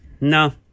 No